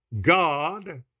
God